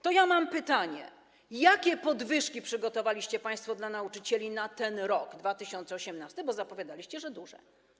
To ja mam pytanie, jakie podwyżki przygotowaliście państwo dla nauczycieli na ten rok, 2018, bo zapowiadaliście, że duże.